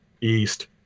east